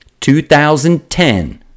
2010